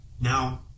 Now